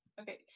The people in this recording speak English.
okay